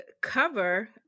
cover